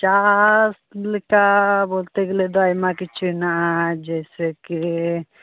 ᱪᱟᱥᱞᱮᱠᱟ ᱵᱚᱞᱛᱮ ᱜᱮᱞᱮᱫᱚ ᱟᱭᱢᱟ ᱠᱤᱪᱷᱩ ᱦᱮᱱᱟᱜᱼᱟ ᱡᱮᱭᱥᱮ ᱠᱤ